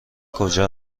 کجا